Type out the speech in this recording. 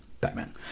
Batman